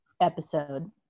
episode